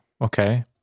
okay